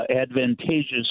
advantageous